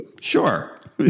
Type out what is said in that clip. Sure